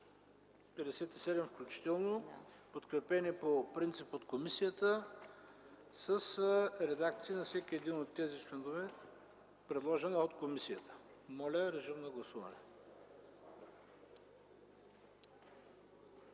57 включително, подкрепени по принцип от комисията с редакция на всеки един от тези членове, предложена от комисията. Моля, гласувайте.